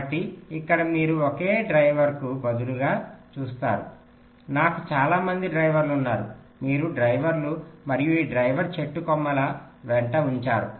కాబట్టి ఇక్కడ మీరు ఒకే డ్రైవర్కు బదులుగా చూస్తారు నాకు చాలా మంది డ్రైవర్లు ఉన్నారు వీరు డ్రైవర్లు మరియు ఈ డ్రైవర్లు చెట్టు కొమ్మల వెంట ఉంచారు